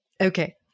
Okay